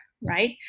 right